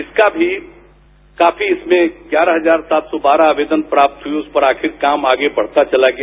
इसका भी काफी इसमें ग्यारह हजार सात सौ बारह आवेदन प्राप्त हया उस पर आखिर काम बढ़ता चला गया